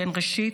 שהן: ראשית,